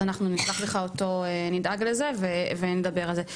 אז אנחנו נשלח לך אותו, נדאג לזה ונדבר על זה.